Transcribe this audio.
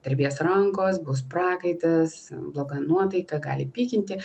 drebės rankos bus prakaitas bloga nuotaika gali pykinti